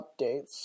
updates